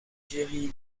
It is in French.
jerry